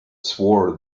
swore